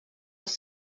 als